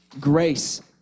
Grace